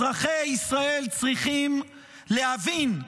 אזרחי ישראל צריכים להבין,